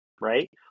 right